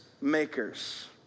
makers